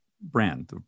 brand